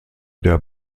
der